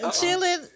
chilling